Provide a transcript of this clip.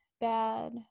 bad